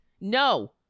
No